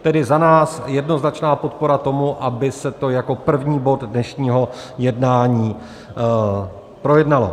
Tedy za nás jednoznačná podpora tomu, aby se to jako první bod dnešního jednání projednalo.